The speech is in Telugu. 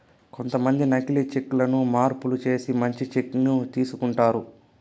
కొంతమంది నకీలి చెక్ లను మార్పులు చేసి మంచి చెక్ ను తీసుకుంటారు